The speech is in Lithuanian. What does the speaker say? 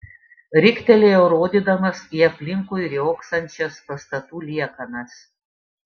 riktelėjo rodydamas į aplinkui riogsančias pastatų liekanas